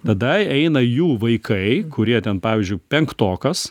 tada eina jų vaikai kurie ten pavyzdžiui penktokas